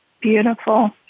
Beautiful